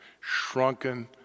shrunken